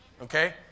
Okay